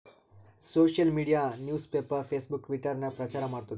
social media news paper, Facebook, Twitter ನಾಗ್ ಪ್ರಚಾರ್ ಮಾಡ್ತುದ್